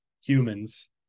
humans